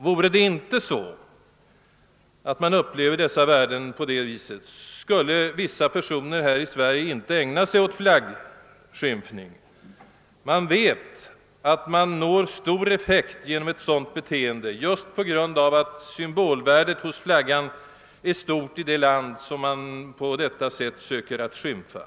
Vore det inte så att man upplever dessa värden på det viset, skulle vissa personer här i Sverige inte ägna sig åt flaggskymfning. Man vet att man når stor effekt genom ett sådant beteende just på grund av att symbolvärdet hos flaggan är stort i det land, som man på detta sätt söker att skymfa.